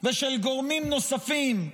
ושל גורמים נוספים,